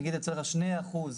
נניח שיוצא לך שני אחוז,